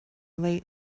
late